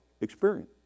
experience